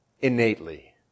innately